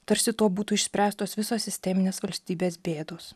tarsi tuo būtų išspręstos visos sisteminės valstybės bėdos